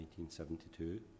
1972